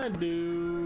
and do